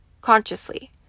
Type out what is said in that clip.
consciously